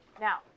Now